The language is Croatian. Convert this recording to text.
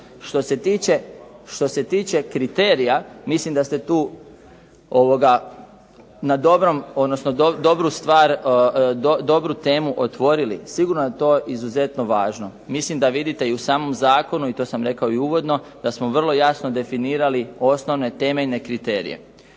Što se tiče kriterija mislim da ste tu na dobrom, odnosno dobru stvar, dobru temu otvorili. Sigurno da je to izuzetno važno. Mislim da vidite i u samom zakonu i to sam rekao i uvodno da smo vrlo jasno definirali osnovne, temeljne kriterije.